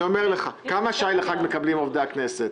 כמה מקבלים שי לחג עובדי הכנסת?